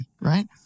right